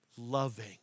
loving